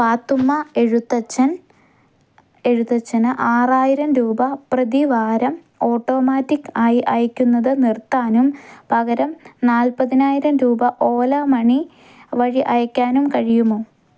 പാത്തുമ്മ എഴുത്തച്ഛൻ എഴുത്തച്ഛന് ആറായിരം രൂപ പ്രതിവാരം ഓട്ടോമാറ്റിക്ക് ആയി അയയ്ക്കുന്നത് നിർത്താനും പകരം നാൽപ്പതിനായിരം രൂപ ഓല മണി വഴി അയയ്ക്കാനും കഴിയുമോ